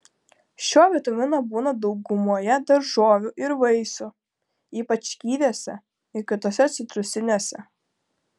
šio vitamino būna daugumoje daržovių ir vaisių ypač kiviuose ir kituose citrusiniuose